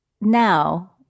now